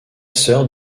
sœur